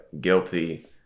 guilty